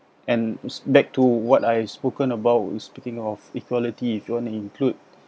and it's back to what I spoken about speaking of equality if you want to include